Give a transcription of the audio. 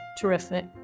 terrific